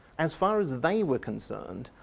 as far as they were concerned,